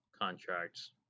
contracts